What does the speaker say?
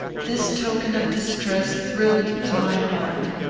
this token of distress thrilled to my heart.